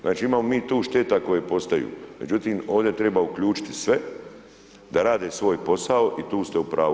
Znači imamo mi tu šteta koje postaju, međutim ovdje treba uključiti sve da rade svoj posao i tu ste u pravu.